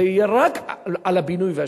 זה יהיה רק על הבינוי והשיכון,